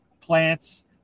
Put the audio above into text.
plants